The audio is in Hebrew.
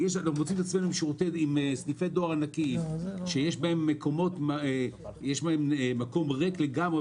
אנחנו מוצאים את עצמנו עם סניפי דואר ענקיים שיש בהם מקום ריק לגמרי.